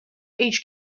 each